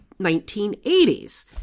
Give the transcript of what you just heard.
1980s